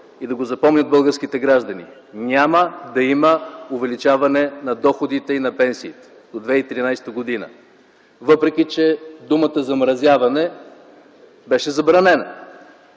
да го запомнят българските граждани – няма да има увеличаване на доходите и на пенсиите до 2013 г., въпреки че думата „замразяване” беше забранена.